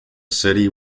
city